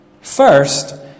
First